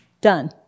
done